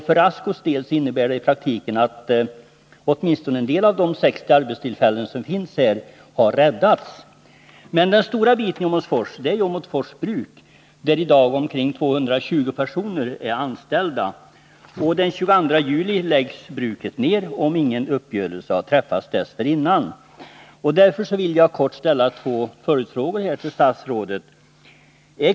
För Rascos del innebär det i praktiken att åtminstone en del av de 60 arbetstillfällen som finns där har räddats. Men den stora biten i Åmotfors är Åmotfors Bruk, där i dag omkring 220 personer är anställda. Den 22 juli läggs bruket ner, om ingen uppgörelse har träffats dessförinnan. Därför vill jag ställa två följdfrågor till statsrådet: 1.